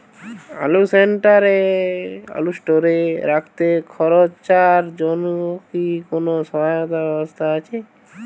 আলু স্টোরে রাখতে খরচার জন্যকি কোন সহায়তার ব্যবস্থা আছে?